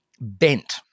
bent